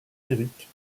lyrique